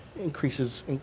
increases